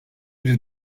bir